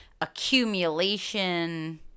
accumulation